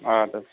اَدٕ حظ